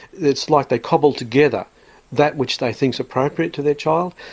it's like they cobble together that which they think is appropriate to their child.